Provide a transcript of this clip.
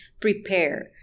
prepare